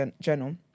Journal